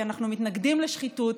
כי אנחנו מתנגדים לשחיתות,